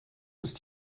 ist